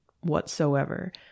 whatsoever